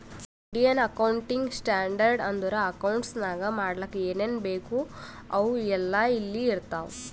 Indian accounting standard ಅಂದುರ್ accounts ನಾಗ್ ಮಾಡ್ಲಕ್ ಏನೇನ್ ಬೇಕು ಅವು ಎಲ್ಲಾ ಇಲ್ಲಿ ಇರ್ತಾವ